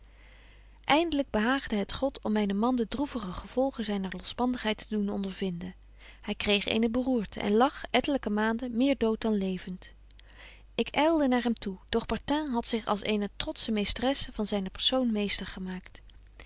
eindlyk behaagde het god om mynen man de droevige gevolgen zyner losbandigheid te doen ondervinden hy kreeg eene beroerte en lag ettelyke maanden meer dood dan levend ik ylde naar hem toe doch bartin hadt zich als eene trotsche meestresse van zyne persoon meester gemaakt